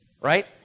right